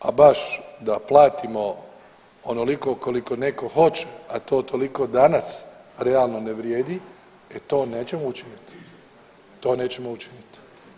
A baš da platimo onoliko koliko neko hoće, a to toliko danas realno ne vrijedi e to nećemo učiniti, to nećemo učiniti.